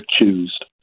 accused